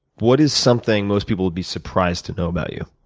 what is something most people would be surprised to know about you?